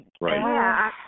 Right